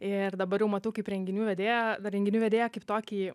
ir dabar jau matau kaip renginių vedėją renginių vedėją kaip tokį